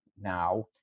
now